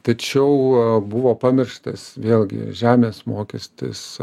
tačiau buvo pamirštas vėlgi žemės mokestis